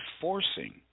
forcing